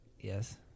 Yes